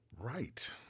Right